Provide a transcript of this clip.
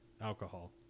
alcohol